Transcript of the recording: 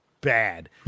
bad